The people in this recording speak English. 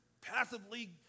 passively